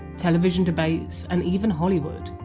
television debates, and even hollywood.